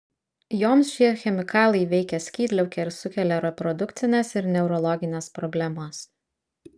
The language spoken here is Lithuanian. joms šie chemikalai veikia skydliaukę ir sukelia reprodukcines ir neurologines problemas